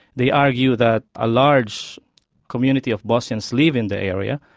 they argued that a large community of bosnians live in the area.